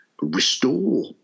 restore